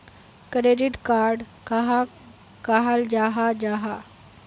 Credit card कहाक कहाल जाहा जाहा?